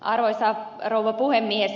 arvoisa rouva puhemies